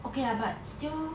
okay lah but still